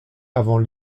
avant